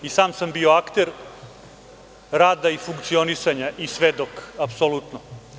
I sam sam bio akter rada i funkcionisanja i svedok apsolutno.